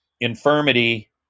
infirmity